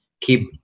keep